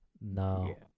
No